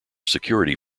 security